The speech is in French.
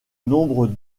nombre